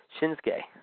Shinsuke